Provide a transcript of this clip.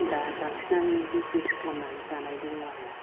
दा बांसिनानो बिजिनेस खालामनानै जानाय दङ आरो